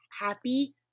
happy